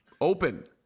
Open